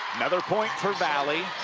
another point for valley.